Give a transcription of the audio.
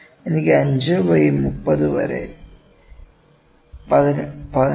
എനിക്ക് 5 ബൈ 30 16